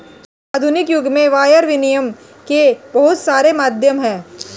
आधुनिक युग में वायर विनियम के बहुत सारे माध्यम हैं